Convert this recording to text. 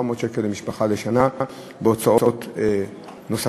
700 שקל למשפחה לשנה הוצאות נוספות.